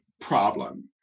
problem